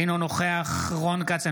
אינו נוכח רון כץ,